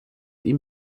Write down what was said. ihm